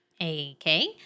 Okay